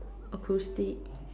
acoustic